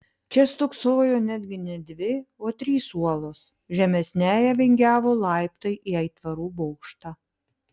čia stūksojo netgi ne dvi o trys uolos žemesniąja vingiavo laiptai į aitvarų bokštą